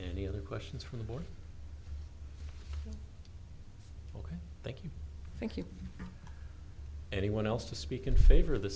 any other questions from the board well thank you thank you anyone else to speak in favor of th